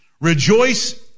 Rejoice